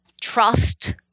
trust